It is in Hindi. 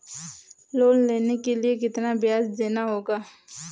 लोन के लिए कितना ब्याज देना होगा?